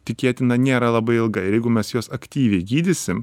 tikėtina nėra labai ilga ir jeigu mes juos aktyviai gydysim